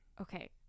Okay